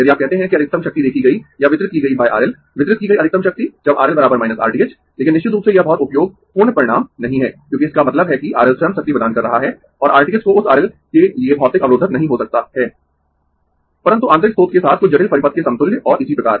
यदि आप कहते है कि अधिकतम शक्ति देखी गई या वितरित की गई RL वितरित की गई अधिकतम शक्ति जब RL R t h लेकिन निश्चित रूप से यह बहुत उपयोग पूर्ण परिणाम नहीं है क्योंकि इसका मतलब है कि RL स्वयं शक्ति प्रदान कर रहा है और R t h को उस RL के लिए भौतिक अवरोधक नहीं हो सकता है परन्तु आंतरिक स्रोत के साथ कुछ जटिल परिपथ के समतुल्य और इसी प्रकार